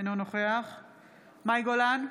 אינו נוכח מאי גולן,